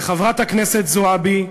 וחברת הכנסת זועבי,